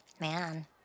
Man